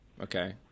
Okay